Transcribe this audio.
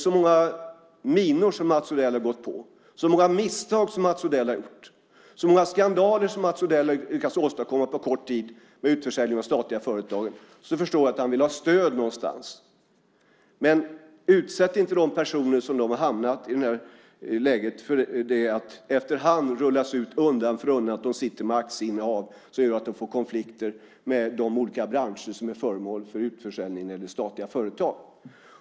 Så många minor som Mats Odell har gått på, så många misstag som Mats Odell har gjort och så många skandaler som Mats Odell har lyckats åstadkomma på kort tid med utförsäljning av statliga företag förstår jag att han vill ha stöd någonstans. Men utsätt inte de personer som har hamnat i detta läge för att det efter hand rullas ut undan för undan att de sitter med aktieinnehav som gör att de får konflikter med de olika branscher som är föremål för utförsäljning när det gäller statliga företag!